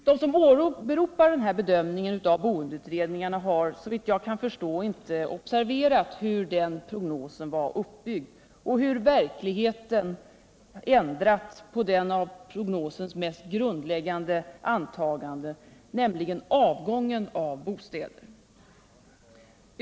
De som åberopar denna bedömning av boendeutredningarna har — såvitt jag kan förstå — inte observerat hur den prognosen var uppbyggd och hur verkligheten ändrats när det gäller ett av prognosens mest grundläggande antaganden, nämligen avgången av bostäder.